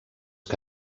que